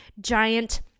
giant